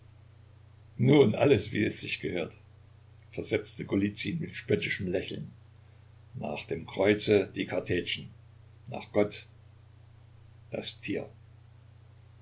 nun alles wie es sich gehört versetzte golizyn mit spöttischem lächeln nach dem kreuze die kartätschen nach gott das tier